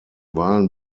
wahlen